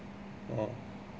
oh